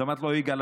אמרתי לו: יגאל,